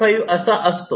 95 असा असतो